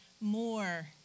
more